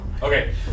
Okay